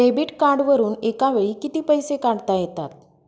Debit कार्डवरुन एका वेळी किती पैसे काढता येतात?